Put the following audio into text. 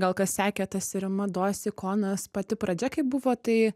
gal kas sekė tas ir mados ikonas pati pradžia kai buvo tai